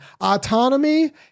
Autonomy